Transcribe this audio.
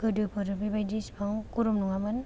गोदोफोर बेबादि इसिबां गरम नङामोन